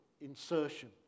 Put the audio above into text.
insertion